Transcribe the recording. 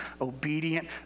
obedient